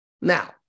Now